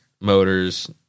motors